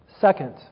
Second